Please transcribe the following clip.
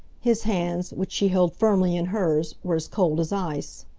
his hands, which she held firmly in hers, were as cold as ice.